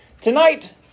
tonight